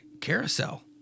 Carousel